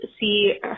see